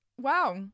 Wow